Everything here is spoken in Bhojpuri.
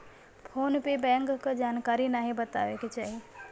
फोन पे बैंक क जानकारी नाहीं बतावे के चाही